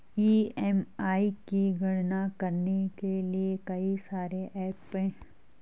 EMI की गणना करने के लिए कई सारे एप्प हैं